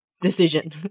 decision